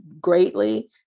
greatly